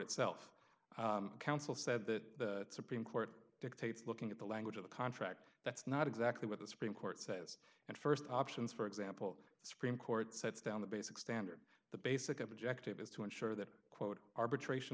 itself counsel said that supreme court dictates looking at the language of the contract that's not exactly what the supreme court says and st options for example the supreme court sets down the basic standard the basic objective is to ensure that quote arbitration